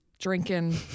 drinking